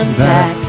back